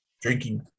drinking